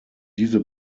diese